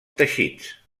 teixits